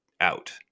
out